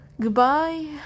Goodbye